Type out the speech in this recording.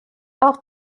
auch